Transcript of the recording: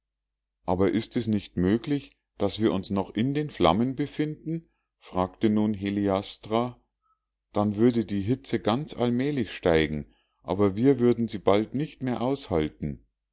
aber ist es nicht möglich daß wir uns noch in den flammen befinden fragte nun heliastra dann würde die hitze ganz allmählich steigen aber wir würden sie bald nicht mehr aushalten